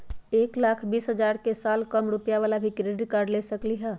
एक लाख बीस हजार के साल कम रुपयावाला भी क्रेडिट कार्ड ले सकली ह?